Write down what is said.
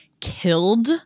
killed